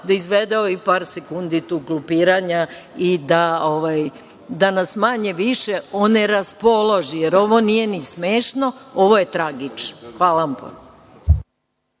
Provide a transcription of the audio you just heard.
da izvede ovih par sekundi glupiranja i da nas manje više oneraspoloži, jer ovo nije ni smešno. Ovo je tragično. Hvala vam.